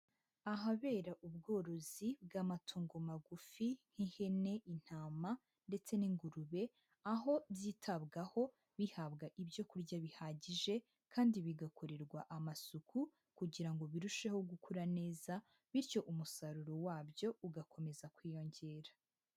Ahabera ubworozi bw'amatungo magufi nk'ihene, intama, ndetse n'ingurube, aho byitabwaho bihabwa ibyo kurya bihagije, kandi bigakorerwa amasuku, kugira ngo birusheho gukura neza, bityo umusaruro wabyo ugakomeza kwiyongera.